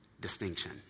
distinction